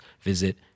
visit